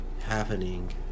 Happening